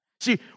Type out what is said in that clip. See